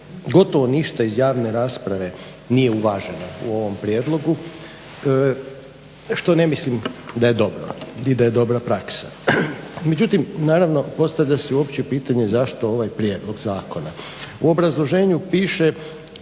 gotovo ništa iz javne rasprave nije uvaženo u ovom prijedlogu što ne mislim da je dobro ni da je dobra praksa. Međutim, naravno postavlja se uopće pitanje zašto ovaj prijedlog zakona. U obrazloženju piše